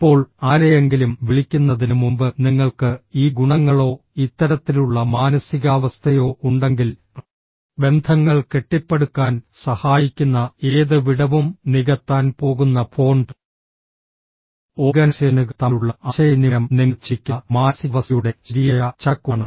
ഇപ്പോൾ ആരെയെങ്കിലും വിളിക്കുന്നതിന് മുമ്പ് നിങ്ങൾക്ക് ഈ ഗുണങ്ങളോ ഇത്തരത്തിലുള്ള മാനസികാവസ്ഥയോ ഉണ്ടെങ്കിൽ ബന്ധങ്ങൾ കെട്ടിപ്പടുക്കാൻ സഹായിക്കുന്ന ഏത് വിടവും നികത്താൻ പോകുന്ന ഫോൺ ഓർഗനൈസേഷനുകൾ തമ്മിലുള്ള ആശയവിനിമയം നിങ്ങൾ ചിന്തിക്കുന്ന മാനസികാവസ്ഥയുടെ ശരിയായ ചട്ടക്കൂടാണ്